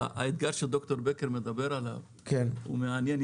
אבל האתגר שד"ר בקר מדבר עליו הוא מעניין.